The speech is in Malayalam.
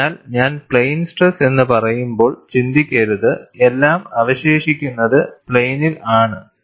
അതിനാൽ ഞാൻ പ്ലെയിൻ സ്ട്രെസ് എന്നു പറയുമ്പോൾ ചിന്തിക്കരുത് എല്ലാം അവശേഷിക്കുന്നത് പ്ലെയിനിൽ ആണ്